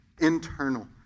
internal